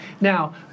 Now